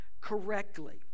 correctly